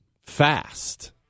fast